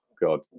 god